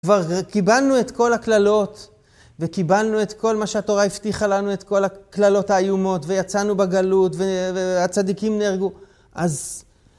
כבר קיבלנו את כל הקללות וקיבלנו את כל מה שהתורה הבטיחה לנו, את כל הקללות האיומות ויצאנו בגלות והצדיקים נהרגו, אז...